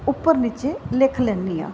ਉੱਪਰ ਨੀਚੇ ਲਿਖ ਲੈਂਦੀ ਹਾਂ